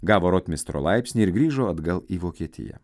gavo rotmistro laipsnį ir grįžo atgal į vokietiją